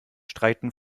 streiten